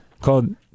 Called